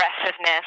aggressiveness